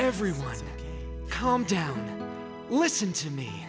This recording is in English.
everybody calm down listen to me